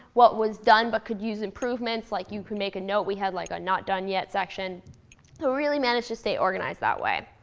what was done but could use improvements. like you could make a note. we had like a not-done-yet section. so we really managed to stay organized that way.